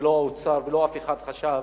ולא האוצר ולא אף אחד חשב